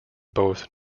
both